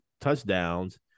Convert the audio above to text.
touchdowns